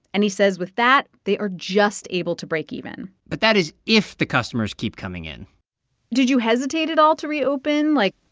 and he says with that, they are just able to break even but that is if the customers keep coming in did you hesitate at all to reopen? like.